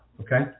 okay